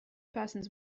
persons